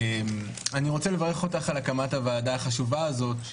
אני רוצה לברך אותך על הקמת הוועדה החשובה הזאת.